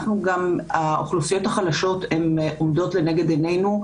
האוכלוסיות החלשות עומדות לנגד עינינו,